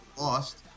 lost